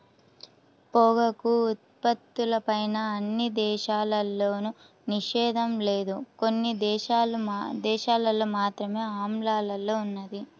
పొగాకు ఉత్పత్తులపైన అన్ని దేశాల్లోనూ నిషేధం లేదు, కొన్ని దేశాలల్లో మాత్రమే అమల్లో ఉన్నది